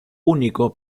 único